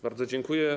Bardzo dziękuję.